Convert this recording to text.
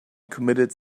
committed